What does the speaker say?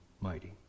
mighty